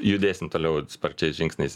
judėsim toliau sparčiais žingsniais